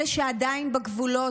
אלה שעדיין בגבולות,